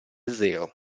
zero